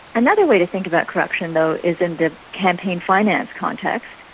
another way to think about corruption though is in the campaign finance context,